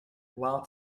while